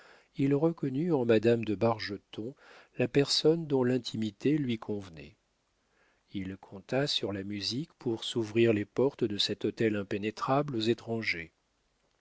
il reconnut en madame de bargeton la personne dont l'intimité lui convenait il compta sur la musique pour s'ouvrir les portes de cet hôtel impénétrable aux étrangers